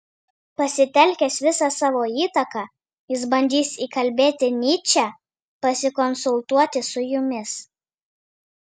pasitelkęs visą savo įtaką jis bandys įkalbėti nyčę pasikonsultuoti su jumis